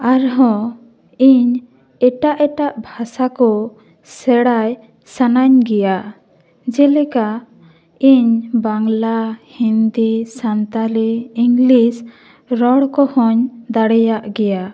ᱟᱨᱦᱚᱸ ᱤᱧ ᱮᱴᱟᱜ ᱮᱴᱟᱜ ᱵᱷᱟᱥᱟ ᱠᱚ ᱥᱮᱬᱟᱭ ᱥᱟᱱᱟᱧ ᱜᱮᱭᱟ ᱡᱮᱞᱮᱠᱟ ᱤᱧ ᱥᱟᱱᱛᱟᱞᱤ ᱵᱟᱝᱞᱟ ᱦᱤᱱᱫᱤ ᱥᱟᱱᱛᱟᱞᱤ ᱤᱝᱞᱤᱥ ᱨᱚᱲ ᱠᱚᱦᱚᱧ ᱫᱟᱲᱮᱭᱟᱜ ᱜᱮᱭᱟ